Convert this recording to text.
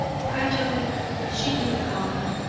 gradually she grew calmer.